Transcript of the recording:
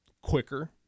quicker